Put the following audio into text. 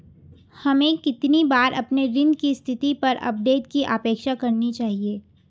हमें कितनी बार अपने ऋण की स्थिति पर अपडेट की अपेक्षा करनी चाहिए?